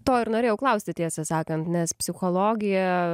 to ir norėjau klausti tiesą sakant nes psichologija